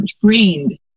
trained